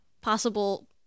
possible